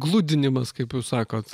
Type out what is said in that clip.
gludinimas kaip jūs sakot